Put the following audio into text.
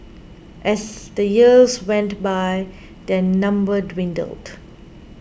as the years went by their number dwindled